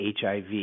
HIV